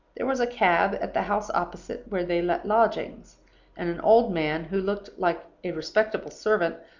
there was a cab at the house opposite, where they let lodgings and an old man, who looked like a respectable servant,